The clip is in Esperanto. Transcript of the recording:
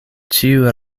ĉiu